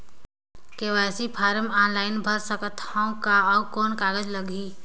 KYC form online भर सकत हवं का? अउ कौन कागज लगही?